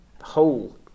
whole